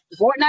Fortnite